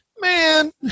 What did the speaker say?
man